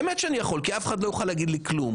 באמת שאני יכול, כי אף אחד לא יוכל להגיד לי כלום.